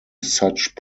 such